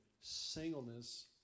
Singleness